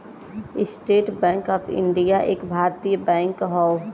estate Bank of India एक भारतीय bank हौ